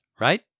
right